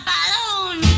balloon